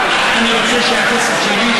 רוצה שהכסף שלי,